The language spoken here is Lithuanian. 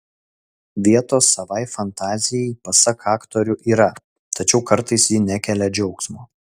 vietos savai fantazijai pasak aktorių yra tačiau kartais ji nekelia džiaugsmo